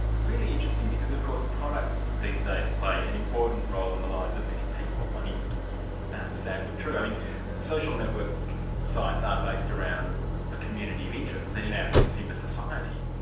really interesting, because of course products these days play an important role in the lives of many people. i mean that's sad but true i mean social network sites are based around a community of interest, and in our consumer society,